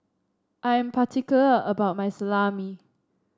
I am particular about my Salami